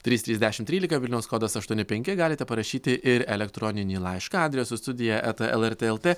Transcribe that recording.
trys trys dešimt trylika vilniaus kodas aštuoni penki galite parašyti ir elektroninį laišką adresu studija eta lrt lt